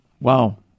wow